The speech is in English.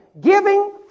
Giving